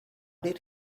did